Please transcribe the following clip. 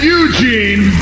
Eugene